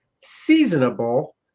seasonable